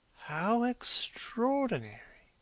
how extraordinary!